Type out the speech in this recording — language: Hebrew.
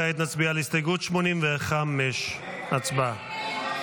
כעת נצביע על הסתייגות 85. הצבעה.